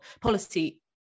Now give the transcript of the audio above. policy